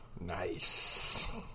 Nice